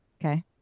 Okay